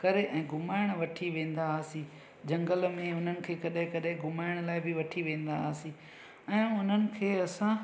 करे ऐं घुमाइण वठी वेंदासी झंगल में उन्हनि खे कॾहिं कॾहिं घुमाइण लाइ बि वठी वेंदा हुआसीं ऐं उन्हनि खे असां